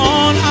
on